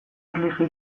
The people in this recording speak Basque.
erlijio